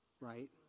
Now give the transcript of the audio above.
right